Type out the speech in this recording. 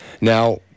Now